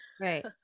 Right